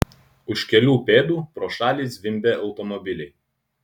už kelių pėdų pro šalį zvimbė automobiliai